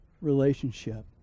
relationship